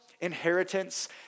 inheritance